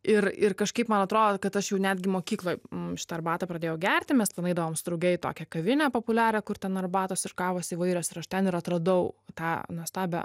ir ir kažkaip man atrodo kad aš jau netgi mokykloj šitą arbatą pradėjau gerti mes ten eidavom su drauge į tokią kavinę populiarią kur ten arbatos ir kavos įvairios ir aš ten ir atradau tą nuostabią